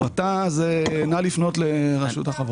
באשר להפרטה נא לפנות לרשות החברות.